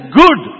good